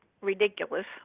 ridiculous